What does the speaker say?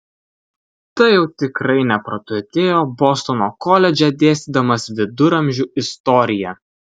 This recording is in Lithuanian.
tai jau tikrai nepraturtėjo bostono koledže dėstydamas viduramžių istoriją